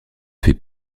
fais